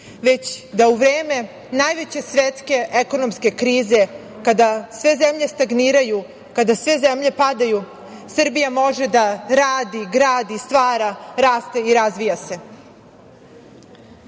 već da i u vreme najveće svetske ekonomske krize kada sve zemlje stagniraju, kada sve zemlje padaju Srbija može da radi, gradi, stvara, raste i razvija